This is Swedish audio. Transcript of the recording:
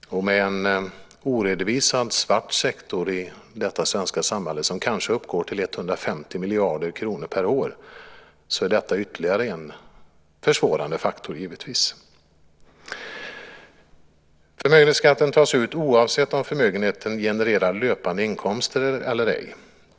En oredovisad svart sektor i detta svenska samhälle som kanske uppgår till 150 miljarder kronor per år är givetvis ytterligare en försvårande faktor. Förmögenhetsskatten tas ut oavsett om förmögenheten genererar löpande inkomster eller ej.